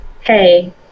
hey